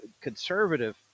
conservative